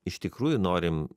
iš tikrųjų norim